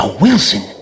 Wilson